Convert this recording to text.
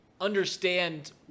understand